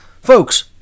folks